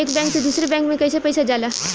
एक बैंक से दूसरे बैंक में कैसे पैसा जाला?